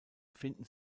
finden